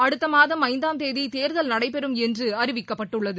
அடுத்த மாதம் ஐந்தாம் தேதி தேர்தல் நடைபெறும் என்று அறிவிக்கப்பட்டுள்ளது